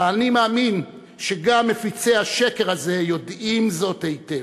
ואני מאמין שגם מפיצי השקר הזה יודעים זאת היטב.